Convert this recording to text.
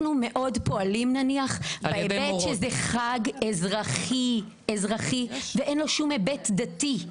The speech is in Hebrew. אנחנו מאוד פועלים בהיבט שזה חג אזרחי ואין לו היבט דתי.